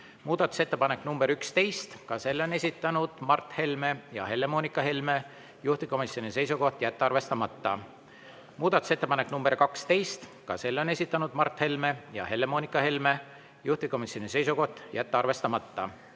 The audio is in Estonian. Muudatusettepanek nr 11, ka selle on esitanud Mart Helme ja Helle-Moonika Helme, juhtivkomisjoni seisukoht: jätta arvestamata. Muudatusettepanek nr 12, ka selle on esitanud Mart Helme ja Helle-Moonika Helme, juhtivkomisjoni seisukoht: jätta arvestamata.